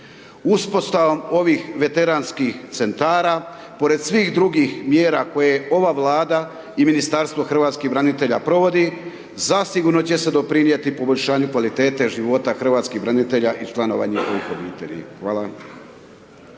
Uspostavom ovih Veteranskih Centara, pored svih drugih mjera koje ova Vlada i Ministarstvo hrvatskih branitelja provodi, zasigurno će se doprinijeti poboljšanju kvalitete života hrvatskih branitelja i članova njihovih obitelji. Hvala.